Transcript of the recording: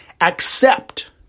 Accept